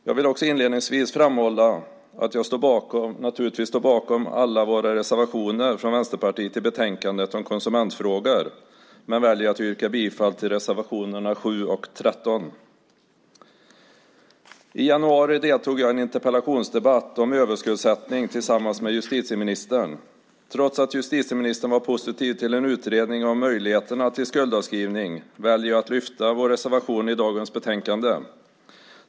Jag vill också inledningsvis framhålla att jag naturligtvis står bakom alla våra reservationer från Vänsterpartiet i betänkandet om konsumentfrågor men väljer att yrka bifall till reservationerna 7 och 13. I januari deltog jag i en interpellationsdebatt om överskuldsättning tillsammans med justitieministern. Trots att justitieministern var positiv till en utredning om möjligheterna till skuldavskrivning väljer jag att lyfta fram vår reservation i dagens betänkande.